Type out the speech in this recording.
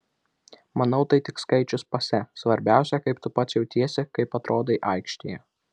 manau tai tik skaičius pase svarbiausia kaip tu pats jautiesi kaip atrodai aikštėje